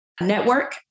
Network